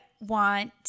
want